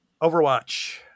Overwatch